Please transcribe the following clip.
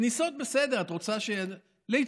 לכניסות בסדר, ליציאות.